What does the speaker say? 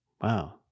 Wow